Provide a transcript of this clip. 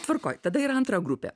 tvarkoj tada yra antra grupė